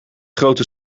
grote